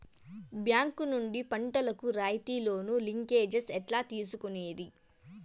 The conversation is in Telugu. బ్యాంకు నుండి పంటలు కు రాయితీ లోను, లింకేజస్ ఎట్లా తీసుకొనేది?